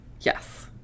yes